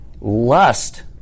Lust